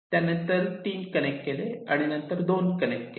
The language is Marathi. त्यानंतर 3 कनेक्ट केले आणि नंतर 2 कनेक्ट केले